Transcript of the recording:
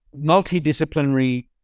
multidisciplinary